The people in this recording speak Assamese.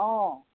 অঁ